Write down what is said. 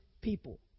people